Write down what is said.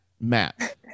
Matt